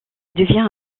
devient